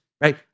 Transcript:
right